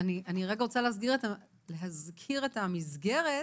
רוצה להזכיר את המסגרת